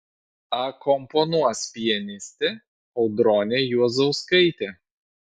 akompanuos pianistė audronė juozauskaitė